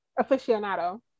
aficionado